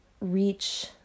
reach